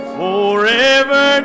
forever